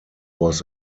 was